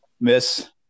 Miss